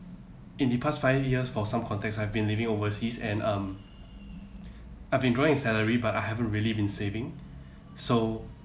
in the past five years for some context I've been living overseas and um I've been drawing a salary but I haven't really been saving so